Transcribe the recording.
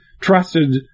trusted